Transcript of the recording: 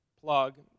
plug